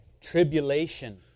Tribulation